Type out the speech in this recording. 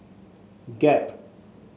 gap